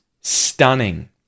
stunning